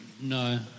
No